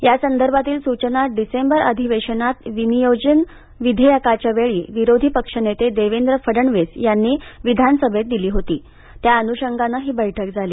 यासंदर्भातील सूचना डिसेंबर अधिवेशनात विनियोजन विधेयकाच्या वेळी विरोधीपक्षनेते देवेंद्र फडणवीस यांनी विधानसभेत दिली होती त्यानुषंगानं ही बैठक झाली